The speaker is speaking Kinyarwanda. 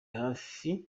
hafi